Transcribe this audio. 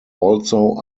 also